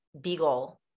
beagle